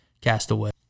Castaway